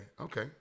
Okay